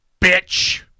bitch